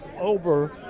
over